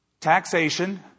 Taxation